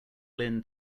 lynn